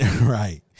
Right